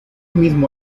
mismo